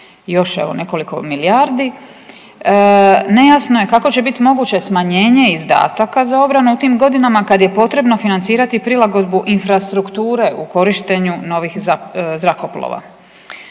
još evo nekoliko milijardi. Nejasno je kako će biti moguće smanjenje izdataka za obranu u tim godinama kad je potrebno financirati prilagodbu infrastrukture u korištenju novih zrakoplova